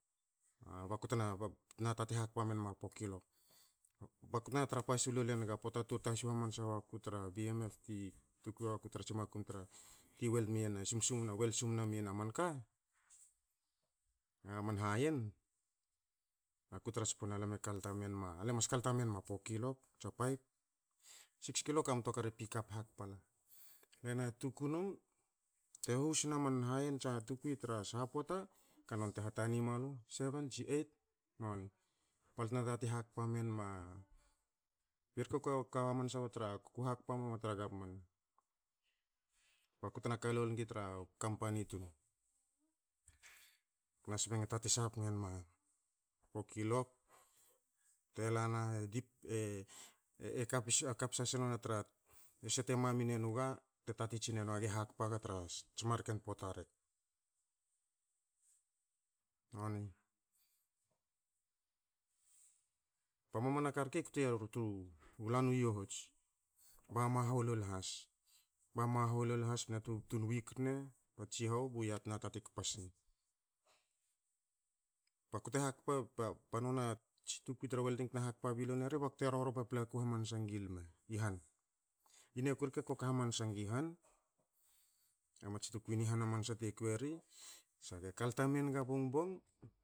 Baku tena, tena yantwein hakpa mega four kilok ba ku tna tra pasu lol enga poata tu tasu hamansa wa ku tra bmf ti, tu kwi wa ku tra tsi makum tra ti weld mi yen a sumsumna, weld sumsumna mi yen a manka, a man hayen, aku tra tspona lam e kalta menma, le mas kalta menma four kilok tsa five, six kilok, a motokar e pikap hakpala. Le na tuku num, te hus na man hayen tsa tukwi tra sha poata, ka non te hatani mualu, seven tsi eight, noni. Balte na tatin hakpa menma, i rke ko ka hamansa wa tra, ku hakpa wa tra gavman, baku tena na ka lol ngi tra kapani tun. Na sbe nga, le tatin sapengma four kilok, bte lana te dip, e- e ka pis, e ka psa ne trese te mami nenu ga, tatin tsinenu, age hakpa gu tra tsi marken poata rek, noni. Ba mamana ka rke kte ru tra lan u yohots. Ba mahou lol has- ba mahou lol has bte na tubtun wik ne, ba tsihau, bu yia tena tatin kpa sne. Ba ku te hakpa, ba non a tsi tukwi tra welding te hakpa bi lol neri bakte roro paplaku hamansa gi lme i han. I niaku rke, ako ka hamansa gi han, a mats tukwi ni han hamansa te kwi eri. So age kalta menga bongbong